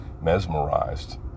mesmerized